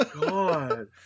God